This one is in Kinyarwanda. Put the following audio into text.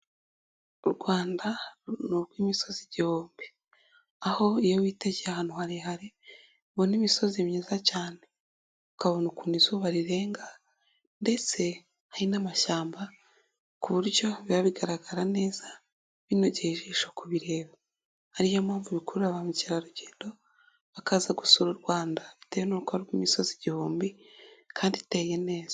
U Rwanda ni urw'imisozi igihumbi aho iyo witeye ahantu harehare ubona imisozi myiza cyane, ukabona ukuntu izuba rirenga ndetse hari n'amashyamba ku buryo biba bigaragara neza binogeye ijisho kubireba, ari yo mpamvu bikurura ba mukerarugendo bakaza gusura u Rwanda bitewe n'uko ari urw'imisozi igihumbi kandi iteye neza.